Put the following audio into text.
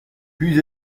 puis